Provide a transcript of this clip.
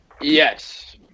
Yes